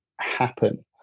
happen